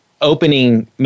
opening